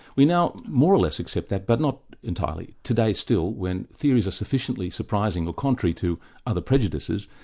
we now more or less accept that, but not entirely. today still, when theories are sufficiently surprising or contrary to other prejudices,